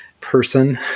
person